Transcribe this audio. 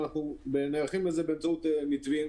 ואנחנו נערכים לזה באמצעות מתווים,